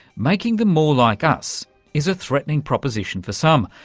making them more like us is a threatening proposition for some,